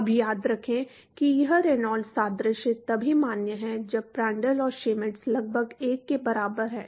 अब याद रखें कि यह रेनॉल्ड्स सादृश्य तभी मान्य है जब प्रांड्ल और श्मिट लगभग 1 के बराबर हैं